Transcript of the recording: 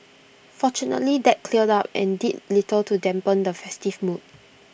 fortunately that cleared up and did little to dampen the festive mood